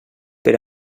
per